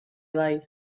bai